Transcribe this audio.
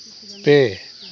ᱯᱮ